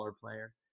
player